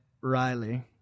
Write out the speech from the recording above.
Riley